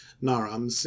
naram